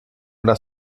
una